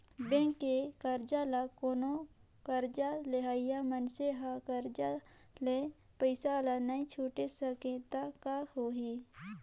bank के करजा ल कोनो करजा लेहइया मइनसे हर करज ले पइसा ल नइ छुटे सकें त का होही